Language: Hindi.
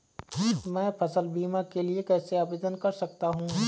मैं फसल बीमा के लिए कैसे आवेदन कर सकता हूँ?